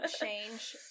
change